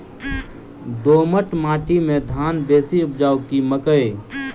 दोमट माटि मे धान बेसी उपजाउ की मकई?